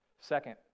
Second